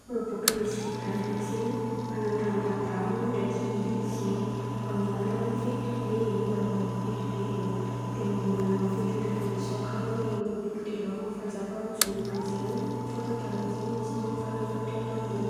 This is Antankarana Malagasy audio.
Rô bôka Ezipta ndraiky zen̈y manao ny ramadan rô ndraiky idy zen̈y amin’ny andran’ny fety be in̈y manao fety be rô. De ny manao fetin’ny revôlision kà reo ny roapolo telo amby ny fanjavan’ny jona. Amy zay rô, fôtony tamin’in̈y zen̈y nisy ny fahaleovan-ten̈an-drô.